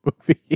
movie